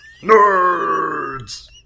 Nerds